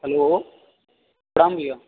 hello प्रणाम भैया